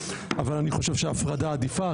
אבל אני חושב שההפרדה עדיפה,